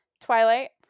twilight